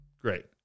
great